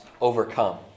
overcome